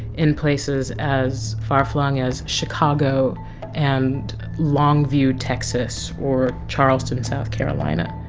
in p laces as far flung as chicago and longview, texas, or charleston, south carolina.